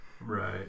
right